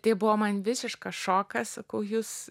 tai buvo man visiškas šokas sakau jūs